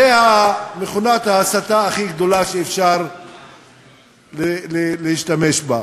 זה מכונת ההסתה הכי גדולה שאפשר להשתמש בה.